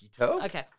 Okay